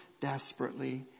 desperately